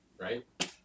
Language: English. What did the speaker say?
right